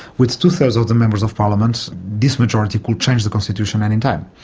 with two-thirds of the members of parliament, this majority could change the constitution any time,